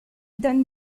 donne